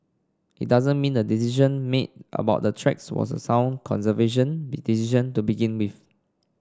it doesn't mean the decision made about the tracks was a sound conservation decision to begin with